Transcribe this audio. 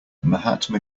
mahatma